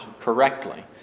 correctly